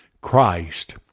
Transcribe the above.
Christ